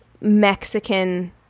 Mexican